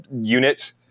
unit